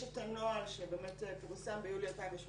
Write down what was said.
יש את הנוהל שבאמת פורסם ביולי 2018